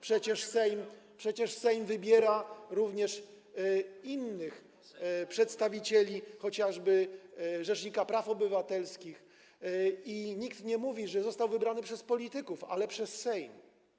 Przecież Sejm wybiera również innych przedstawicieli, chociażby rzecznika praw obywatelskich, i nikt nie mówi, że został on wybrany przez polityków, ale że przez Sejm.